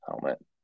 helmet